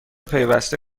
پیوسته